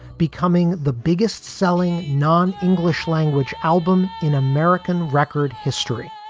becoming the biggest selling non english language album in american record history.